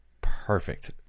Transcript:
perfect